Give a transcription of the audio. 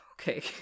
Okay